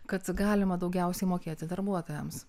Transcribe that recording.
kad galima daugiausiai mokėti darbuotojams